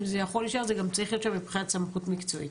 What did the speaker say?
זה גם צריך להיות שם מבחינת סמכות מקצועית.